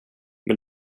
men